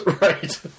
right